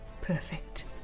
perfect